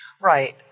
Right